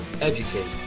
educate